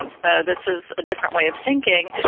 and so, this is a different way of thinking,